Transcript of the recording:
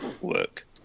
work